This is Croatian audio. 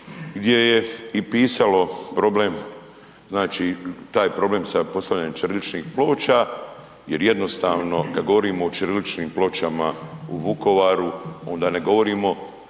gdje je i pisalo problem, znači taj problem sa postavljanjem ćiriličnih ploča jer jednostavno kad govorimo o ćiriličnim pločama u Vukovaru onda ne govorimo